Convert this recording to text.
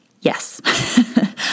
Yes